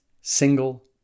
single